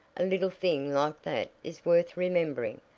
a little thing like that is worth remembering,